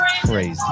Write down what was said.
crazy